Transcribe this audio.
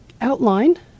outline